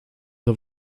der